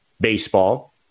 baseball